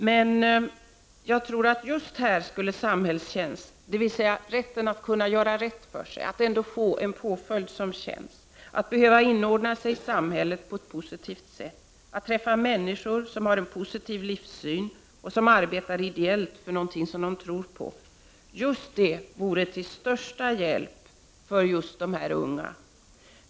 Men jag tror att just här skulle en samhällstjänst, dvs. att få göra rätt för sig, att ändå få en påföljd som känns, att behöva inordna sig i samhället på ett positivt sätt, att träffa människor som har en positiv livssyn och som arbetar ideellt för något de tror på — just det vore av största hjälp för just dessa unga.